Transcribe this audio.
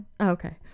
Okay